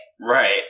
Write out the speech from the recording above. Right